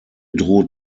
droht